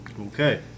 Okay